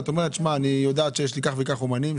את אומרת שאת יודעת שיש לך כך וכך אמנים,